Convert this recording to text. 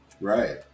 right